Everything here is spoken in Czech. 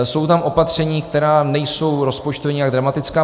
Jsou tam opatření, která nejsou rozpočtově nějak dramatická.